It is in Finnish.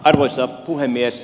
arvoisa puhemies